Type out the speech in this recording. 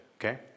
okay